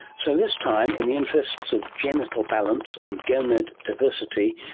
so, this time, in the interest of genital balance and gonad diversity,